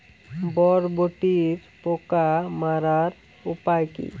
বরবটির পোকা মারার উপায় কি?